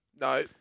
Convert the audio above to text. No